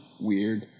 weird